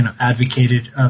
advocated